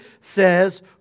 says